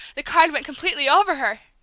the car went completely over her!